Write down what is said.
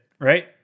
right